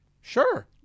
Sure